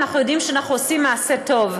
אנחנו יודעים שאנחנו עושים מעשה טוב.